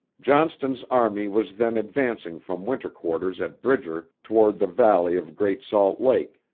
johnston's army was then advancing from winter quarters at bridger toward the valley of great salt lake,